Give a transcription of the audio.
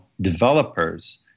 developers